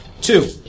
Two